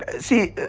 see,